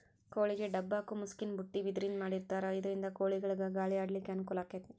ಕೋಳಿಗೆ ಡಬ್ಬ ಹಾಕು ಮುಸುಕಿನ ಬುಟ್ಟಿ ಬಿದಿರಿಂದ ಮಾಡಿರ್ತಾರ ಇದರಿಂದ ಕೋಳಿಗಳಿಗ ಗಾಳಿ ಆಡ್ಲಿಕ್ಕೆ ಅನುಕೂಲ ಆಕ್ಕೆತಿ